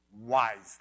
wisely